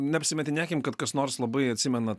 neapsimetinėkim kad kas nors labai atsimena